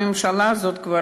הממשלה הזאת כבר